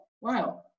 wow